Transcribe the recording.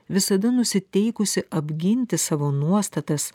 visada nusiteikusi apginti savo nuostatas